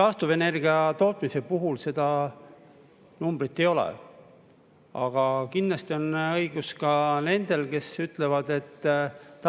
Taastuvenergia tootmise puhul seda [kulu] ei ole. Kindlasti on õigus ka nendel, kes ütlevad, et